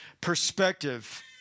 perspective